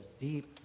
deep